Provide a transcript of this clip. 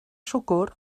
siwgr